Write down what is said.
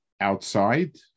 outside